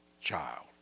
child